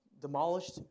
demolished